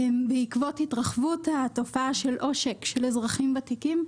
בעקבות התרחבות התופעה של עושק של אזרחים ותיקים,